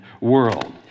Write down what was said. world